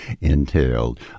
entailed